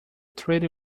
treaty